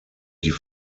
die